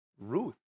Ruth